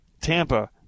Tampa